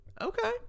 okay